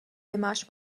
nemáš